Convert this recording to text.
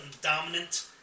dominant